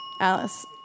Alice